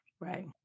Right